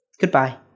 Goodbye